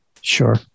sure